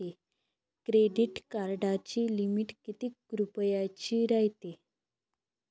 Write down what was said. Credit कार्डाची limit कितीक रुपयाची रायते?